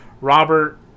Robert